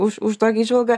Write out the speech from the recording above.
už už tokią įžvalgą